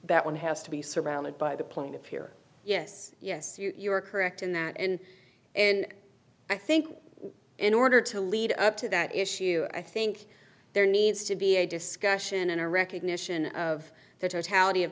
that one has to be surrounded by the plaintiff here yes yes you are correct in that and and i think in order to lead up to that issue i think there needs to be a discussion and a recognition of the totality of